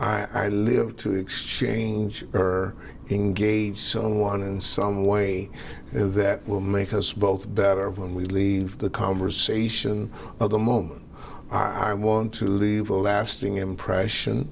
day i live to exchange or engage someone in some way that will make us both better when we leave the conversation of the moment i want to leave a lasting impression